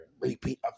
Repeat